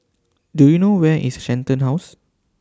Do YOU know Where IS Shenton House